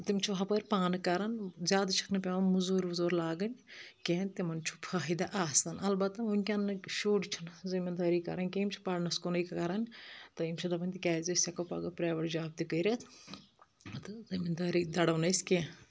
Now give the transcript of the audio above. تِم چھِ ہُپٲرۍ پانہٕ کرَان زیادٕ چھٕکھ نہٕ پؠوَان مٔزوٗر وزوٗر لاگٕنۍ کینٛہہ تِمن چھُ فٲہِدٕ آسَان اَلبَتہ وٕنکؠنٕکۍ شُرۍ چھِنہٕ زٔمیٖندٲری کرَان کینٛہہ یِم چھِ پَرنَس کُنٕے کرَان تہٕ یِم چھِ دپَان تِکیازِ أسۍ ہؠکو پگہہ پرٛیویٚٹ جاب تہِ کٔرِتھ تہٕ زٔمیٖندٲری دَرو نہٕ أسۍ کینٛہہ